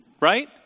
Right